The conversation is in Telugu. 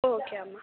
ఓకే అమ్మ